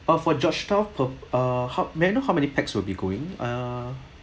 but for georgetown per uh how may I know how many pax will be going ah